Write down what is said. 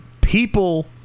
people